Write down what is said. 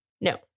No